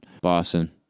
Boston